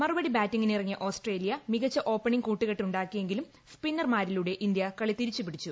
മറുപടി ബാറ്റിങ്ങിനിറങ്ങിയ ഓസ്ട്രേലിയ മികച്ച ഓപ്പണിംഗ് കൂട്ടുകെട്ട് ഉണ്ടാക്കിയെങ്കിലും സ്പിന്നർമാരിലൂടെ ഇന്ത്യ കളി തിരിച്ചുപിടിച്ചു